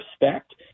respect